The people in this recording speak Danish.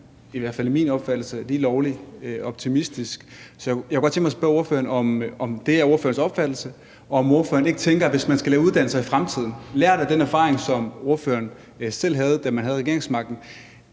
i hvert fald i min opfattelse, lige lovlig optimistisk. Så jeg kunne godt tænke mig at spørge ordføreren, om det er ordførerens opfattelse, og om ordføreren ikke tror, hvis man skal lave uddannelser i fremtiden – belært af den erfaring, som ordføreren selv fik, da man havde regeringsmagten